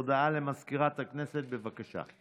הודעה למזכירת הכנסת, בבקשה.